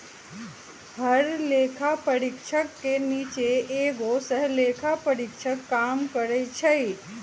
हर लेखा परीक्षक के नीचे एगो सहलेखा परीक्षक काम करई छई